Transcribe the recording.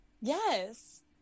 yes